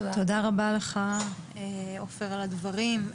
תודה רבה לך, עופר, על הדברים.